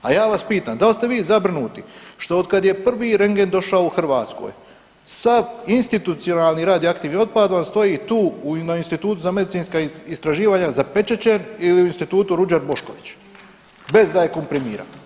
A ja vas pitam da li ste vi zabrinuti što od kad je prvi rendgen došao u Hrvatsku sav institucionalni radioaktivni otpad vam stoji tu na Institutu za medicinska istraživanja zapečaćen ili u Institutu Ruđer Bošković bez da je komprimiran.